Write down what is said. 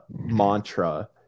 mantra